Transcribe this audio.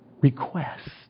request